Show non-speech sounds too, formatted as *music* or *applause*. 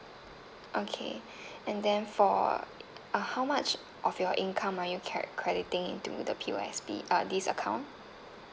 okay *breath* and then for uh how much of your income are you cre~ crediting into the P_O_S_B uh this account